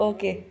Okay